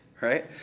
right